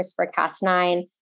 CRISPR-Cas9